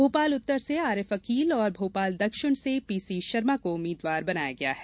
भोपाल उत्तर से आरिफ अकील और भोपाल दक्षिण से पीसी शर्मा को उम्मीदवार बनाया गया है